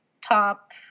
top